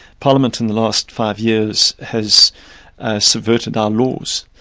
parliament in the last five years has subverted our laws.